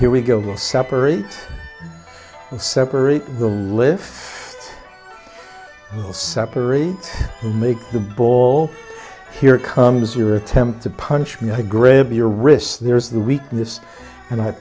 here we go we'll separate separate the live separate make the ball here comes your attempt to punch me i grab your wrists there's the weakness and i